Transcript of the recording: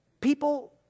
People